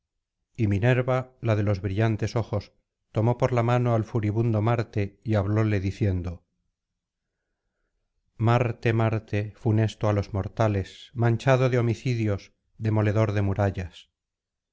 y minen'a la de los brillantes ojos tomó por la mano al furibundo marte y hablóle diciendo marte marte funesto á los mortales manchado de homicidios demoledor de murallas